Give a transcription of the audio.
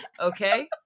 okay